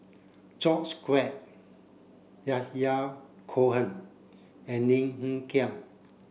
George Quek Yahya Cohen and Lim Hng Kiang